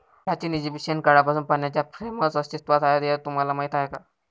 प्राचीन इजिप्शियन काळापासून पाण्याच्या फ्रेम्स अस्तित्वात आहेत हे तुम्हाला माहीत आहे का?